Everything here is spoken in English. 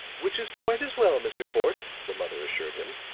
which is quite as well, mr. fort, the mother assured him.